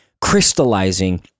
crystallizing